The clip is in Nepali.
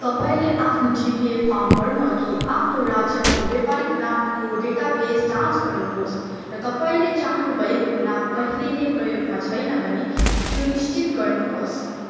तपाईँँले आफ्नो डिबिए फर्म भर्न अघि आफ्नो राज्यको व्यापारिक नामको डेटा बेस जाँच गर्नु होस् र तपाईँँले चाहनु भएको नाम पहिले नै प्रयोगमा छैन भने सुनिश्चित गर्नु होस्